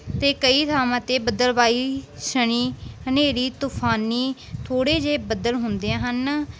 ਅਤੇ ਕਈ ਥਾਵਾਂ 'ਤੇ ਬੱਦਲਵਾਈ ਹਨੇਰੀ ਤੂਫ਼ਾਨੀ ਥੋੜ੍ਹੇ ਜਿਹੇ ਬੱਦਲ ਹੁੰਦੇ ਹਨ